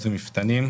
שנתיים.